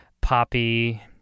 poppy